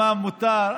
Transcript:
מה מותר.